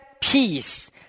peace